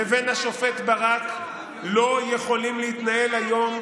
בין השופט אלון לבין השופט ברק לא יכולים להתנהל היום,